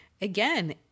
again